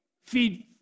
feed